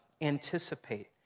anticipate